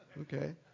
Okay